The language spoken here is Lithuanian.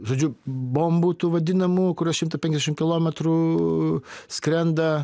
žodžiu bombų tų vadinamų kurios šimta penkiasdešimt kilometrų skrenda